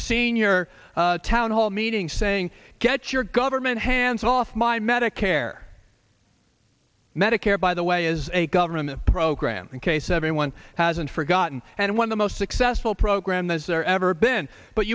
senior townhall meeting say ing get your government hands off my medicare medicare by the way is a government program in case everyone hasn't forgotten and when the most successful program that there ever been but